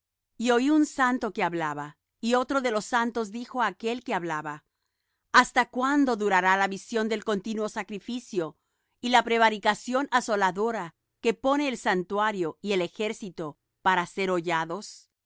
y oí un santo que hablaba y otro de los santos dijo á aquél que hablaba hasta cuándo durará la visión del continuo sacrificio y la prevaricación asoladora que pone el santuario